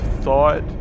thought